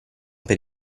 per